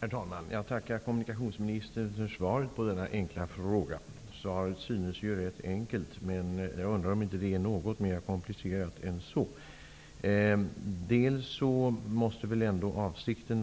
Herr talman! Jag tackar kommunikationsministern för svaret på denna enkla fråga. Svaret synes ju rätt enkelt, men jag undrar om det inte är en något mer komplicerad fråga än så. Avsikten måste väl ändå